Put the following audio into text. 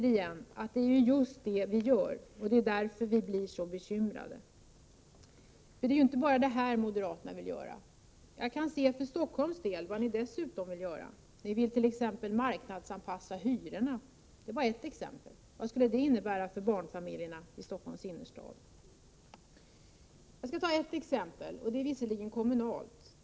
Det är just detta som vi gör. Därför blir vi så bekymrade. Det är ju inte bara det här moderaterna vill göra. När det gäller Stockholm kan man se på vad ni dessutom vill göra. Ni vill t.ex. marknadsanpassa hyrorna. Detta är bara ett exempel. Vad skulle det innebära för barnfamiljerna i Stockholms innerstad? Jag skall ta ett exempel, som visserligen är kommunalt.